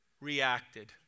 reacted